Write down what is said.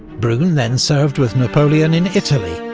brune then served with napoleon in italy,